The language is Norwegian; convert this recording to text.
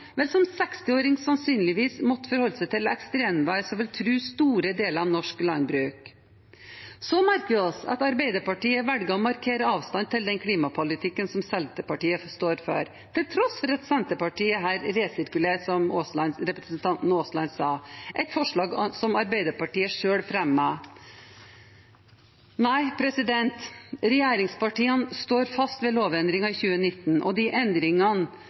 som 60-åring sannsynligvis måtte forholde seg til ekstremvær som vil true store deler av norsk landbruk. Vi merker oss også at Arbeiderpartiet velger å markere avstand til den klimapolitikken Senterpartiet står for, til tross for at Senterpartiet her resirkulerer, som representanten Aasland sa, et forslag som Arbeiderpartiet selv fremmet. Regjeringspartiene står fast ved lovendringen i 2019 og de endringene